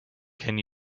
can